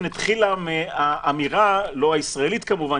התחילה מן האמירה לא הישראלית כמובן,